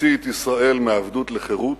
הוציא את ישראל מעבדות לחירות,